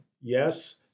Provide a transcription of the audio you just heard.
yes